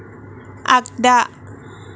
आगदा